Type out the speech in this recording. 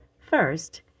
First